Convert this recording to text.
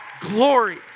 glory